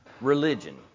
religion